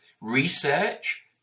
research